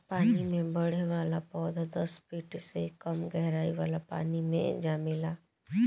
पानी में बढ़े वाला पौधा दस फिट से कम गहराई वाला पानी मे जामेला